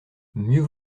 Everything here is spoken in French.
mieux